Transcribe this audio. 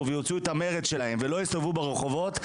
ויוציאו את המרץ שלהם ולא יסתובבו ברחובות,